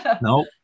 Nope